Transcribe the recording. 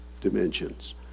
dimensions